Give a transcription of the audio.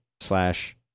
slash